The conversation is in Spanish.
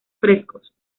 frescos